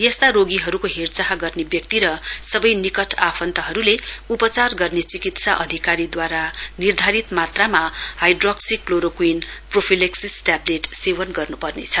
यस्ता रोगीहरुको हेरचाह गर्ने व्यक्ति र सवै निकट आफन्तहरुले उपचार गर्ने चिकित्सा अधिकारीद्वारा निर्धारित मात्रामा हाइड्रोक्सीक्लोरोक्वीन प्रोफीलेक्सिस ट्यावलेट सेवन गर्नुपर्नेछ